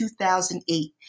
2008